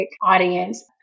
audience